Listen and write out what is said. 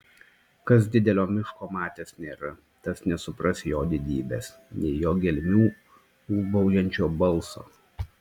kas didelio miško matęs nėra tas nesupras jo didybės nei jo gelmių ūbaujančio balso